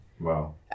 Wow